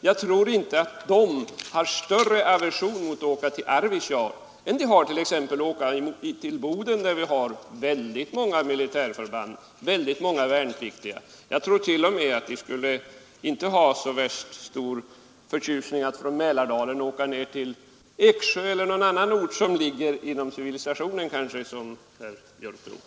Jag tror inte att de har större aversion mot att fara till Arvidsjaur än mot att förläggas till exempelvis Boden, där det finns många militära förband och ett stort antal värnpliktiga. Jag tror inte ens att de skulle vara särskilt förtjusta över att från Mälardalen fara ned till Eksjö eller någon annan ort, som herr Björck kanske tror har större anknytning till civilisationen.